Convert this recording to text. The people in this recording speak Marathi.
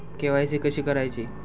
के.वाय.सी कशी करायची?